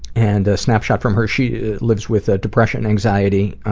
and the snapshot from her, she lives with ah depression, anxiety,